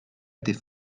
était